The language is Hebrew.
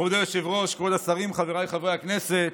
מכובדי היושב-ראש, כבוד השרים, חבריי חברי הכנסת,